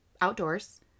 outdoors